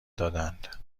دادند